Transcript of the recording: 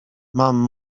mam